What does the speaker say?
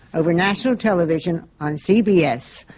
over national television, on cbs.